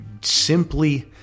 simply